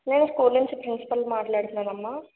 నేను స్కూల్ నుంచి ప్రిన్సిపల్ మాట్లాడుతున్నానమ్మ